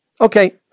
Okay